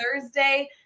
Thursday